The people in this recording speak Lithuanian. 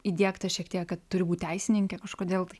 įdiegta šiek tiek kad turiu būti teisininke kažkodėl tai